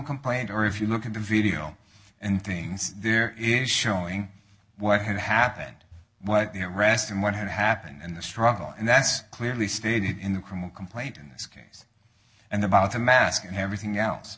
complaint or if you look at the video and things there it is showing what had happened what it rest and what had happened and the struggle and that's clearly stated in the criminal complaint in this case and about the mask and everything else